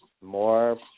more